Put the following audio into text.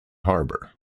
harbor